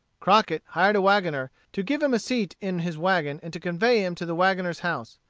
crockett hired a wagoner to give him a seat in his wagon and to convey him to the wagoner's house,